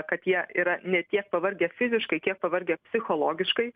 kad jie yra ne tiek pavargę fiziškai kiek pavargę psichologiškai